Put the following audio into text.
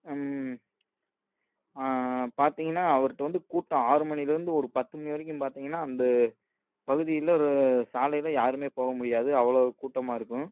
பார்த்தீங்கன்னா அவர்கிட்ட வந்து கூட்டம் ஆறு மணியிலேருந்து ஒரு பத்து மணி வரைக்கும் பார்த்தீங்கன்னா அந்த பகுதியில் சாலையில் யாருமே போக முடியாது அவ்வளோவு கூட்டமாக இருக்கும்